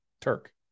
turk